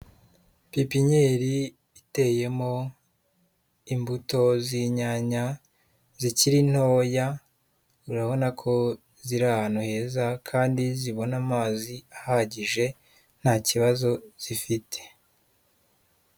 Pipinyeri iteyemo imbuto z'inyanya zikiri ntoya, urabona ko ziri ahantu heza kandi zibona amazi ahagije nta kibazo zifite.